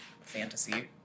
fantasy